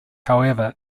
however